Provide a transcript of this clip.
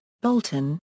Bolton